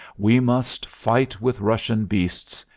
we must. fight with russian beasts,